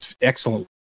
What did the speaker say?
excellent